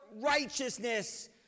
righteousness